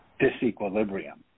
disequilibrium